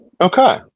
okay